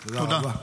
תודה.